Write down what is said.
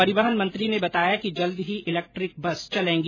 परिवहन मंत्री ने बताया कि जल्द ही इलेक्टिक बस चलेंगी